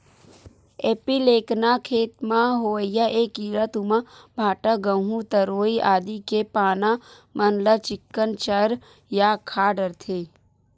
एपीलेकना खेत म होवइया ऐ कीरा तुमा, भांटा, गहूँ, तरोई आदि के पाना मन ल चिक्कन चर या खा डरथे